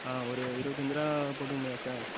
ஒரு இருபத்தஞ்சு ரூபா போட்டுக்க முடியாதா சார்